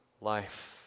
life